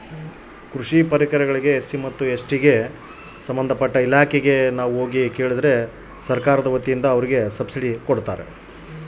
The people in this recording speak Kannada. ಕೃಷಿ ಪರಿಕರಗಳಿಗೆ ಎಸ್.ಸಿ ಮತ್ತು ಎಸ್.ಟಿ ಗೆ ಎಷ್ಟು ಸಬ್ಸಿಡಿ ಕೊಡುತ್ತಾರ್ರಿ?